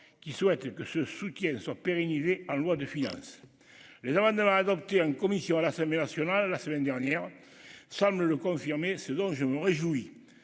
qui souhaite que ce soutien, elle soit pérennisé en loi de finances, les amendements adoptés en commission la semaine nationale la semaine dernière, semble le confirmer, ce dont je me réjouis